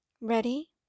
Ready